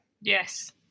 yes